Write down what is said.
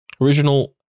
original